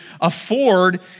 afford